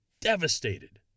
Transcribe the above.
devastated